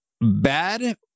bad